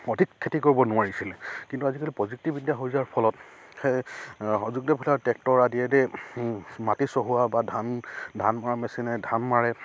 অধিক খেতি কৰিব নোৱাৰিছিলে কিন্তু আজিকালি প্ৰযুক্তিবিদ্যা হৈ যোৱাৰ ফলত সেই প্ৰযুক্তিৰ ফলত ট্ৰেক্টৰ আদি আদি মাটি চহোৱা বা ধান ধান মৰা মেচিনে ধান মাৰে